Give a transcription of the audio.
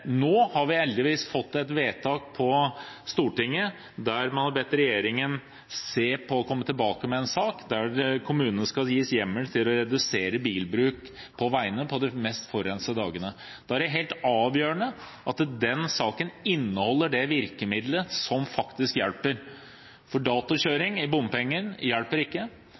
Nå har vi heldigvis fått et vedtak på Stortinget der man har bedt regjeringen å se på og komme tilbake med en sak der kommunene skal gis hjemmel til å redusere bilbruken på veiene på de mest forurensede dagene. Da er det helt avgjørende at den saken inneholder det virkemidlet som faktisk hjelper, for datokjøring i bompengeringen hjelper ikke,